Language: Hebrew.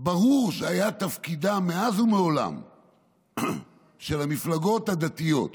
ברור שהיה תפקידן מאז ומעולם של המפלגות הדתיות,